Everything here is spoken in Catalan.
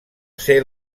ser